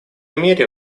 мере